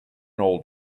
old